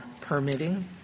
permitting